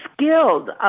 skilled